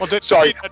Sorry